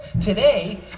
Today